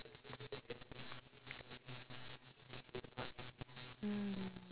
hmm